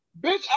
bitch